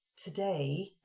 today